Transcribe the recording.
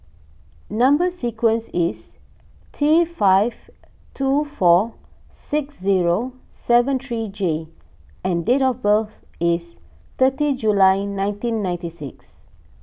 Number Sequence is T five two four six zero seven three J and date of birth is thirty July nineteen ninety six